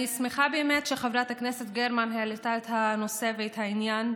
אני שמחה באמת שחברת הכנסת גרמן העלתה את הנושא ואת העניין,